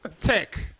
Tech